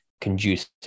conducive